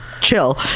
chill